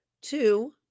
Two